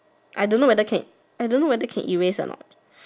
I don't know whether can I don't know whether can erase or not